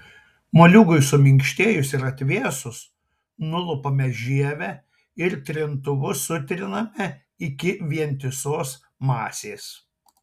moliūgui suminkštėjus ir atvėsus nulupame žievę ir trintuvu sutriname iki vientisos masės